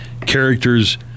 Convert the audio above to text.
characters